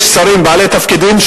יש שרים בעלי תפקידים,